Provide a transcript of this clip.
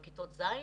על כיתות ז'?